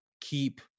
keep